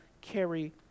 carry